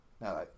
Now